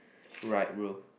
right bro